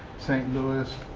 st. louis,